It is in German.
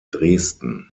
dresden